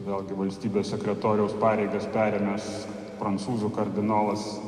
vėlgi valstybės sekretoriaus pareigas perėmęs prancūzų kardinolas